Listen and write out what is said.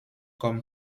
comme